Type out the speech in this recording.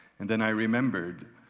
and, then i remembered,